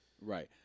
right